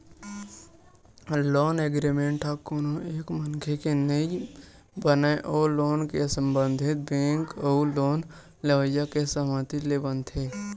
loan agreement ह कोनो एक मनखे के नइ बनय ओ लोन ले संबंधित बेंक अउ लोन लेवइया के सहमति ले बनथे